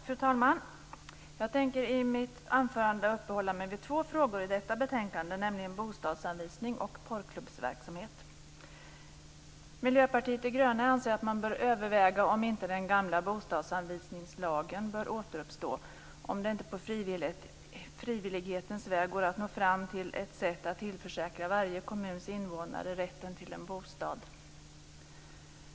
Fru talman! Jag tänker att i mitt anförandet uppehålla mig vid två frågor i detta betänkande, nämligen bostadsanvisning och porrklubbsverksamhet. Miljöpartiet de gröna anser att man bör överväga om inte den gamla bostadsanvisningslagen bör återuppstå, om det inte på frivillighetens väg går att nå fram till ett sätt att tillförsäkra varje kommuns invånare rätten till en bostad.